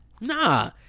Nah